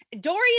Dorian